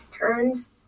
turns